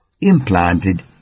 implanted